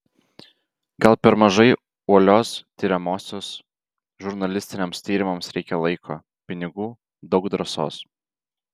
gal per mažai uolios tiriamosios žurnalistiniams tyrimams reikia laiko pinigų daug drąsos